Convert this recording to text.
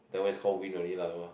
that one is call wind only lah